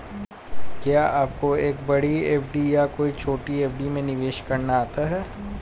क्या आपको एक बड़ी एफ.डी या कई छोटी एफ.डी में निवेश करना चाहिए?